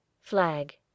FLAG